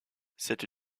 cette